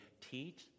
teach